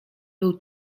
był